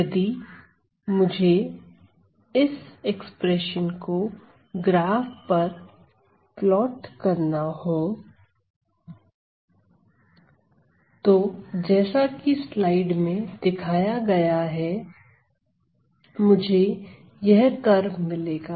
यदि मुझे इस एक्सप्रेशन को ग्राफ पर प्लॉट करना हो तो जैसा की स्लाइड में दिखाया गया है मुझे यह कर्व मिलेगा